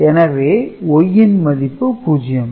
எனவே Y மதிப்பு 0